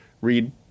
read